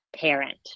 parent